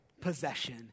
possession